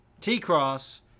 T-Cross